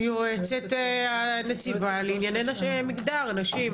יועצת הנציבה לענייני מגדר נשים.